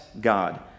God